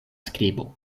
skribo